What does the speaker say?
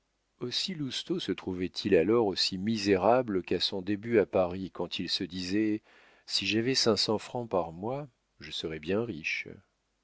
aussi lousteau se trouvait-il alors aussi misérable qu'à son début à paris quand il se disait si j'avais cinq cents francs par mois je serais bien riche